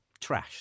trashed